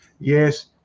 yes